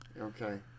Okay